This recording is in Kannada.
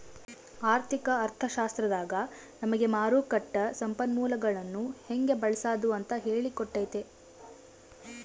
ಆರ್ಥಿಕ ಅರ್ಥಶಾಸ್ತ್ರದಾಗ ನಮಿಗೆ ಮಾರುಕಟ್ಟ ಸಂಪನ್ಮೂಲಗುಳ್ನ ಹೆಂಗೆ ಬಳ್ಸಾದು ಅಂತ ಹೇಳಿ ಕೊಟ್ತತೆ